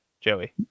Joey